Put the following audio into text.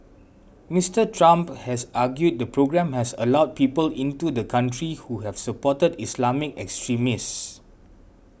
Mister Trump has argued the programme has allowed people into the country who have supported Islamic extremists